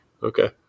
Okay